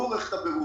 הוא עורך את הברור,